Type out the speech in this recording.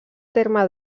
terme